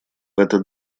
этот